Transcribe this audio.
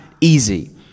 easy